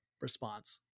response